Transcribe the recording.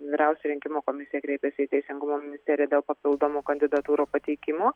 vyriausia rinkimų komisija kreipėsi į teisingumo ministeriją dėl papildomo kandidatūrų pateikimo